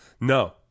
No